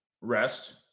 Rest